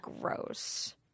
gross